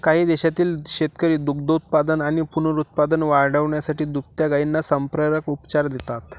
काही देशांतील शेतकरी दुग्धोत्पादन आणि पुनरुत्पादन वाढवण्यासाठी दुभत्या गायींना संप्रेरक उपचार देतात